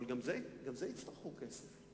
אבל גם לזה יצטרכו כסף.